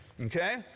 okay